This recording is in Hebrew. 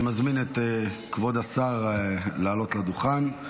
אני מזמין את כבוד השר לעלות לדוכן.